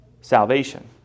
salvation